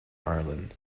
ireland